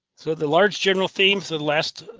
so, the large general themes that last,